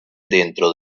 dentro